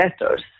letters